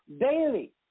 daily